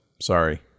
sorry